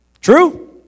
true